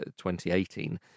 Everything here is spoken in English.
2018